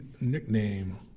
nickname